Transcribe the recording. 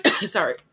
sorry